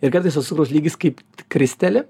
ir kartais tas cukraus lygis kaip kristeli